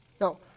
Now